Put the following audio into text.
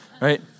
right